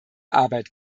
arbeit